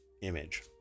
image